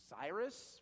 Cyrus